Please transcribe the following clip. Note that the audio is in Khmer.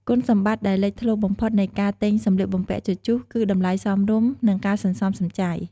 គុណសម្បត្តិដែលលេចធ្លោបំផុតនៃការទិញសម្លៀកបំពាក់ជជុះ គឺតម្លៃសមរម្យ និងការសន្សំសំចៃ។